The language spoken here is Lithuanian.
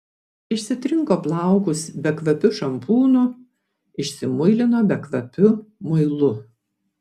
išsitrinko plaukus bekvapiu šampūnu išsimuilino bekvapiu muilu